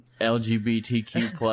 LGBTQ